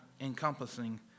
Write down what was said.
encompassing